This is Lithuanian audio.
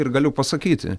ir galiu pasakyti